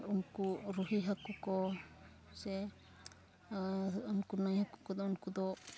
ᱩᱱᱠᱩ ᱨᱩᱦᱤ ᱦᱟᱹᱠᱩ ᱠᱚ ᱥᱮ ᱩᱱᱠᱩ ᱱᱟᱹᱭ ᱦᱟᱹᱠᱩ ᱠᱚᱫᱚ ᱩᱱᱠᱩ ᱫᱚ